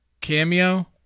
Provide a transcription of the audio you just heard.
cameo